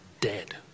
dead